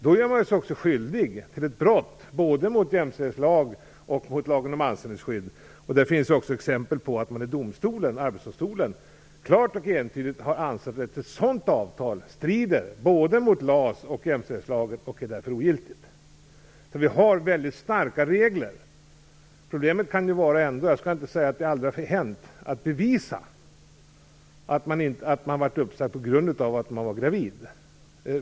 Då gör man sig också skyldig till ett brott mot både jämställdhetslagen och lagen om anställningsskydd. Det finns också exempel på att man i Arbetsdomstolen klart och entydigt har ansett att ett sådant avtal strider mot både LAS och mot jämställdhetslagen och att det därför är ogiltigt. Vi har mycket starka regler. Problemet kan ändå bli - jag skall inte säga att det aldrig har hänt - att bevisa att man har blivit uppsagd på grund av att man var gravid.